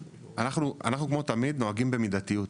אנחנו, כמו תמיד, נוהגים במידתיות.